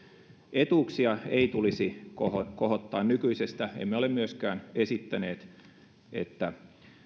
etuuksia ei tulisi kohottaa nykyisestä emme ole myöskään esittäneet että